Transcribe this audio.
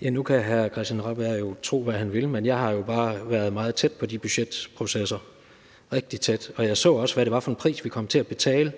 Nu kan hr. Christian Rabjerg Madsen tro, hvad han vil, men jeg har jo bare været meget tæt på de budgetprocesser – rigtig tæt – og jeg så også, hvad det var for en pris, vi kom til at betale